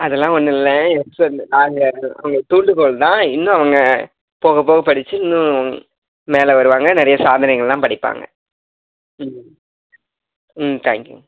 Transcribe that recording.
அதெல்லாம் ஒன்று இல்லை யஷ்வந்த்து நாங்கள் அவங்க தூண்டுகோல் தான் இன்னும் அவங்க போக போக படித்து இன்னும் மேலே வருவாங்க நிறைய சாதனைங்கள்லாம் படைப்பாங்க ம் ம் தேங்க் யு